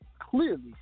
clearly